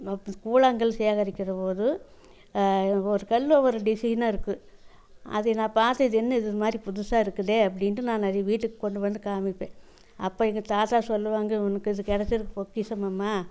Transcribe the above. மற்ற கூழாங்கல் சேகரிக்கிறபோது ஒரு கல் ஒரு டிசைனாருக்கு அது நான் பார்த்தது என்ன இது மாதிரி புதுசாக இருக்குதே அப்படின்ட்டு நான் அதை வீட்டுக்கு கொண்டு வந்து காமிப்பேன் அப்போ எங்கள் தாத்தா சொல்லுவாங்க உனக்கு அது கிடச்சது பொக்கிஷமம்மா